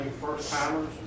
first-timers